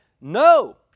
no